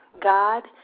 God